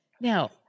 Now